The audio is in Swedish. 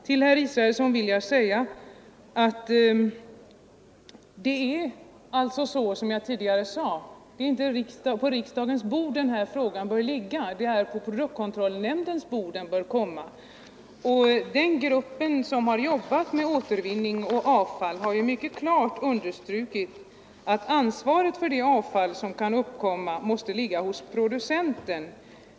Till herr Israelsson vill jag säga att det är som jag tidigare sade, att den här frågan bör inte ligga på riksdagens bord, utan den bör komma på produktkontrollnämndens bord. Och den grupp som jobbat med frågorna om återvinning och avfall har ju mycket klart understrukit att ansvaret för det avfall som kan uppkomma måste ligga hos producenten.